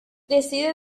decide